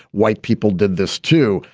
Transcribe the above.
white people did this, too.